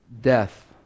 death